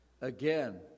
Again